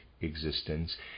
existence